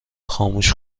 خاموش